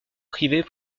privés